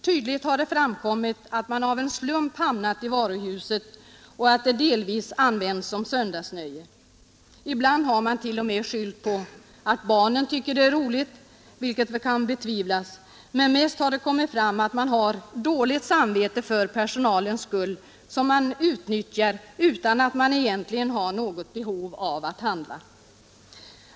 Tydligt har det framkommit att man av en slump hamnat i varuhuset och att det delvis används som söndagsnöje. Ibland har man t.o.m. skyllt på att barnen tycker det är roligt, vilket väl kan betvivlas, men mest har det kommit fram att man har dåligt samvete för personalen, som man utnyttjar utan att man egentligen har något behov av att handla.